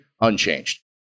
unchanged